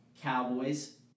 Cowboys